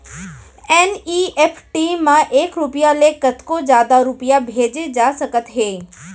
NEFT म एक रूपिया ले कतको जादा रूपिया भेजे जा सकत हे